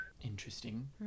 interesting